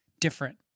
different